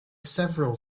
several